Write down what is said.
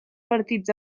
partits